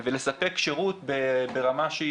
ולספק שירות ברמה,